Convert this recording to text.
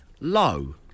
Low